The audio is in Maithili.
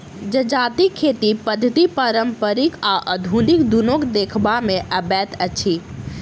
जजातिक खेती पद्धति पारंपरिक आ आधुनिक दुनू देखबा मे अबैत अछि